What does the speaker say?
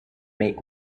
make